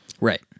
Right